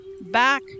back